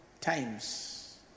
times